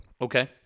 Okay